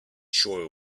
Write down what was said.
sure